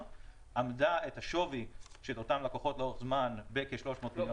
אמדה את השווי של אותם לקוחות לאורך זמן בכ-300 מיליון.